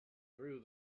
threw